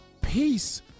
peace